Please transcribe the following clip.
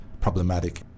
problematic